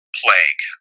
plague